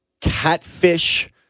Catfish